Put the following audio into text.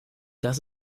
das